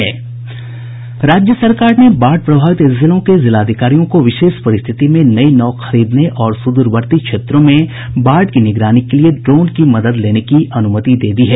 राज्य सरकार ने बाढ़ प्रभावित जिलों के जिलाधिकारियों को विशेष परिस्थिति में नई नाव खरीदने और सुदूरवर्ती क्षेत्रों में बाढ़ की निगरानी के लिए ड्रोन की मदद लेने की अनुमति दे दी है